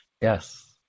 Yes